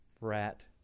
rat